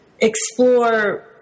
explore